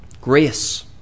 Grace